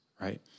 Right